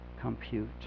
compute